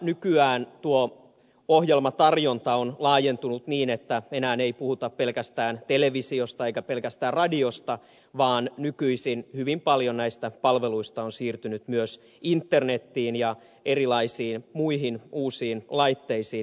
nykyään tuo ohjelmatarjonta on laajentunut niin että enää ei puhuta pelkästään televisiosta eikä pelkästään radiosta vaan nykyisin hyvin paljon näistä palveluista on siirtynyt myös internetiin ja erilaisiin muihin uusiin laitteisiin